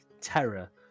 terror